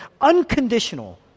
unconditional